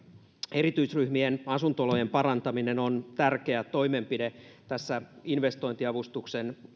erityisryhmien asunto olojen parantaminen on tärkeä toimenpide tässä investointiavustuksen